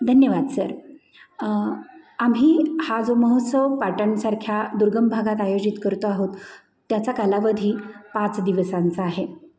धन्यवाद सर आम्ही हा जो महोत्सव पाटणसारख्या दुर्गम भागात आयोजित करतो आहोत त्याचा कालावधी पाच दिवसांचा आहे